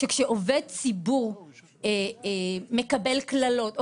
שכשעובד ציבור מקבל קללות,